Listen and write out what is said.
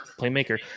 playmaker